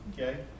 okay